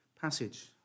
passage